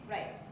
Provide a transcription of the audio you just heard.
Right